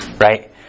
right